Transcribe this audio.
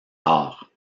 rare